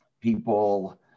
people